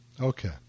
Okay